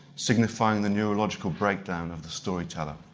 signifying the neurological breakdown of the storyteller.